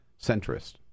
centrist